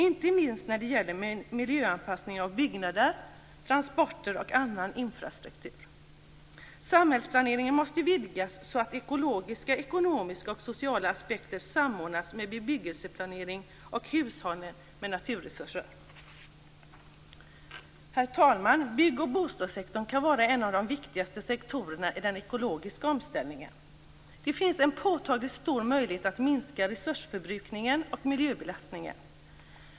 Inte minst gäller detta miljöanpassning av byggnader, transporter och annan infrastruktur. Samhällsplaneringen måste vidgas så att ekologiska, ekonomiska och sociala aspekter samordnas med bebyggelseplanering och hushållning med naturresurser. Bygg och bostadssektorn kan vara en av de viktigaste sektorerna i den ekologiska omställningen. Där finns en påtagligt stor möjlighet att minska resursförbrukningen och miljöbelastningen.